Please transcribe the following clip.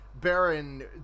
Baron